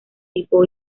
tipo